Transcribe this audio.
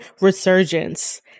Resurgence